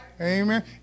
Amen